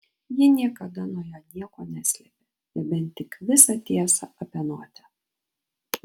ji niekada nuo jo nieko neslėpė nebent tik visą tiesą apie notę